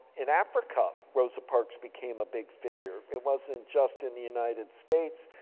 in africa, rosa parks became a big figure. it wasn't just in the united states.